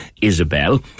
isabel